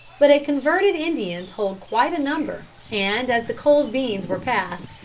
but a converted indian told quite a number, and as the cold beans were passed,